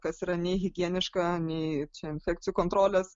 kas nei yra nehigieniška nei čia infekcijų kontrolės